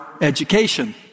education